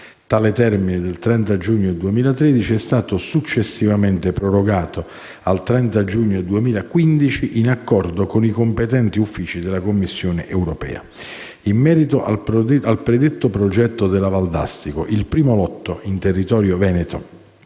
Tale termine del 30 giugno 2013 è stato successivamente prorogato al 30 giugno 2015, in accordo con i competenti uffici della Commissione europea. In merito al predetto progetto della Valdastico, il primo lotto (in territorio Veneto)